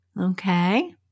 Okay